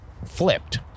Flipped